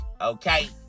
okay